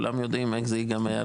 כולם יודעים איך זה ייגמר,